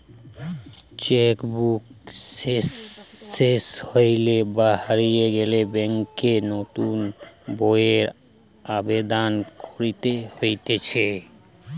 check book সেস হইলে বা হারিয়ে গেলে ব্যাংকে নতুন বইয়ের আবেদন করতে হতিছে